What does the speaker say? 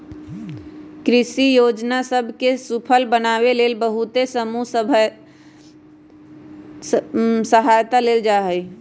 कृषि जोजना सभ के सूफल बनाबे लेल बहुते समूह सभ के सहायता लेल जाइ छइ